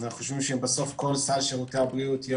אנחנו חושבים שאם כל סל שירותי הבריאות יהיה